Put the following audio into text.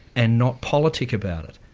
and not politic about it.